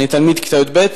אני תלמיד כיתה י"ב,